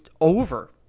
over